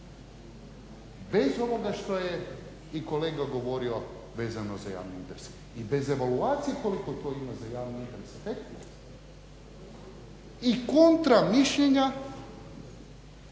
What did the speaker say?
Bez ovoga što je i kolega govorio vezano za javni interes i bez evaluacije koliko to ima za javni interes efekt i kontra mišljenja